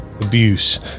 abuse